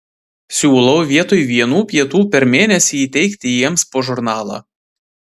siūlau vietoj vienų pietų per mėnesį įteikti jiems po žurnalą